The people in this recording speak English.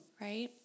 right